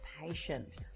patient